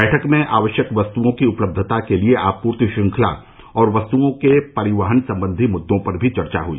बैठक में आवश्यक वस्तुओं की उपलब्धता के लिए आपूर्ति श्रृंखला और वस्तुओं के परिवहन संबंधी मुद्दों पर भी चर्चा हुई